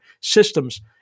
systems